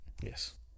Yes